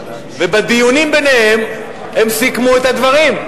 ובדיונים ביניהם הם סיכמו את הדברים,